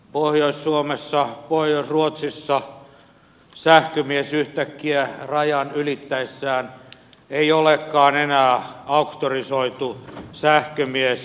pohjois suomessa pohjois ruotsissa sähkömies yhtäkkiä rajan ylittäessään ei olekaan enää auktorisoitu sähkömies